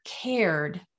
cared